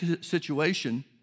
situation